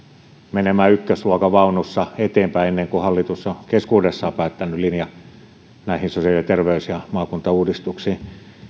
menemään ykkösluokan vaunussa eteenpäin ennen kuin hallitus on keskuudessaan päättänyt linjan näihin sosiaali ja terveys ja maakuntauudistuksiin